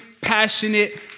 passionate